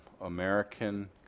American